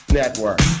network